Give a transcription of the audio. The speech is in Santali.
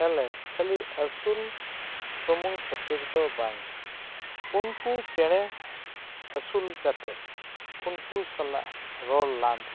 ᱦᱮᱞᱮ ᱠᱷᱟᱹᱞᱤ ᱟᱹᱥᱩᱞ ᱥᱩᱢᱩᱝ ᱠᱷᱟᱹᱛᱤᱨ ᱫᱚ ᱵᱟᱝᱟ ᱩᱱᱠᱩ ᱪᱮᱬᱮ ᱟᱹᱥᱩᱞ ᱠᱟᱛᱮᱫ ᱩᱱᱠᱩ ᱥᱟᱞᱟᱜ ᱨᱚᱲ ᱞᱟᱸᱫᱟ